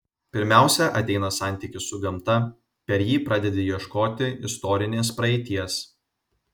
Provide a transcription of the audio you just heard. pirmiausia ateina santykis su gamta per jį pradedi ieškoti istorinės praeities